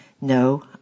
No